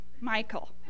Michael